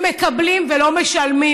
הם מקבלים ולא משלמים.